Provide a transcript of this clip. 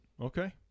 okay